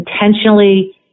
intentionally